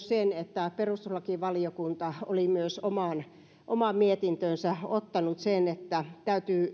sen että perustuslakivaliokunta oli myös omaan omaan mietintöönsä ottanut sen että täytyy